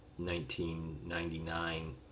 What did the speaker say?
1999